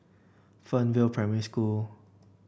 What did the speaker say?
Fernvale Primary School